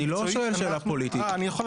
אני לא שואל שאלה פוליטית.